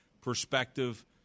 perspective